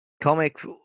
Comic